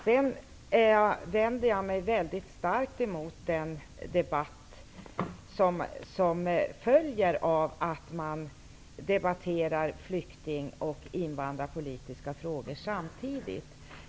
Jag vänder mig mycket starkt emot den debatt som följer av att man tar upp flykting och invandrarpolitiska frågor samtidigt.